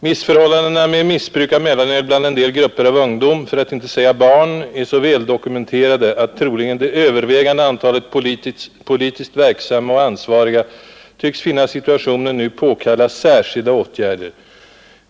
Missförhållandena med missbruk av mellanöl bland en del grupper av ungdom, för att inte säga barn, är så väldokumenterade, att troligen det övervägande antalet politiskt verksamma och ansvariga tycks finna situationen nu påkalla särskilda åtgärder.